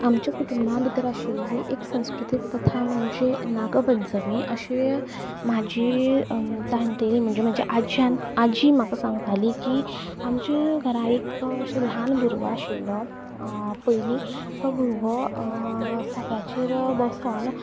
आमच्या कुटुंबा भितर आशिल्ली एक संस्कृतीक प्रथा म्हणजे नागपंचमी अशे म्हजी जाणटेली म्हणजे म्हजे आज्यान आजी म्हाका सांगताली की आमच्या घरां एक अशे ल्हान भुरगो आशिल्लो पयली तो भुरगो सोंप्याचेर बसून